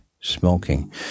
smoking